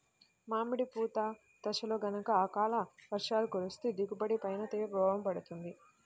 మామిడి పూత దశలో గనక అకాల వర్షాలు కురిస్తే దిగుబడి పైన తీవ్ర ప్రభావం పడుతుంది